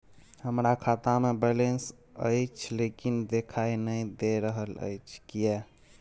हमरा खाता में बैलेंस अएछ लेकिन देखाई नय दे रहल अएछ, किये?